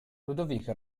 ludovico